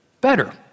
better